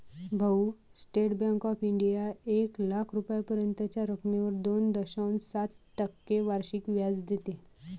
भाऊ, State Bank of India एक लाख रुपयांपर्यंतच्या रकमेवर दोन दशांश सात टक्के वार्षिक व्याज देते